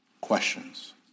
questions